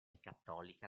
cattolica